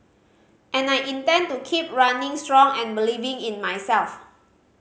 and I intend to keep running strong and believing in myself